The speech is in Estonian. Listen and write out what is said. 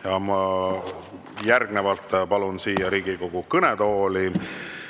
Ma palun Riigikogu kõnetooli